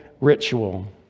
ritual